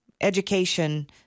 education